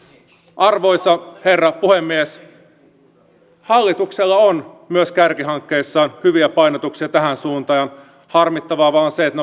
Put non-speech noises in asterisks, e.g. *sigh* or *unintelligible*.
arvoisa herra puhemies hallituksella on myös kärkihankkeissaan hyviä painotuksia tähän suuntaan ja harmittavaa vain on se että *unintelligible*